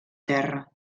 terra